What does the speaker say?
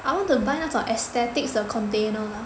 I want to buy 你在 aesthetics 的 container